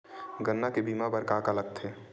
गन्ना के बीमा बर का का लगथे?